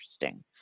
interesting